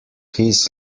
his